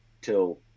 till